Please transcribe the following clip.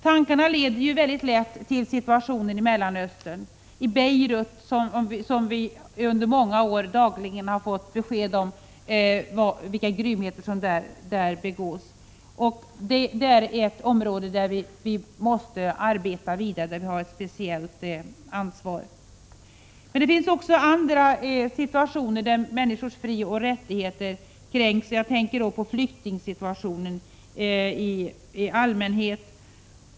Detta leder lätt tankarna till situationen i Mellanöstern och Beirut — vi har i många år dagligen fått besked om vilka grymheter som begås där. Det är ett område där vi måste arbeta vidare, där vi har ett speciellt ansvar. Men det finns också andra situationer där människors frioch rättigheter kränks — jag tänker då på flyktingsituationen i allmänhet.